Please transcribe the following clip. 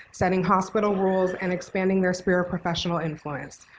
setting hospital rules, and expanding their sphere of professional influence.